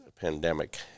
pandemic